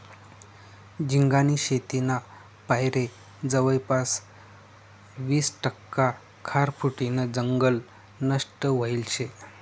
झिंगानी शेतीना पायरे जवयपास वीस टक्का खारफुटीनं जंगल नष्ट व्हयेल शे